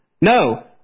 No